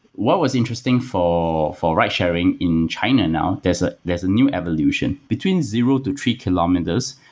what was interesting for for ridesharing in china now, there's ah there's a new evolution. between zero to three kilometers,